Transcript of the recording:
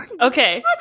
Okay